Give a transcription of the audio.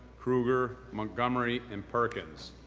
krueger, montgomery, and perkins.